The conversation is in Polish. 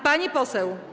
Pani poseł.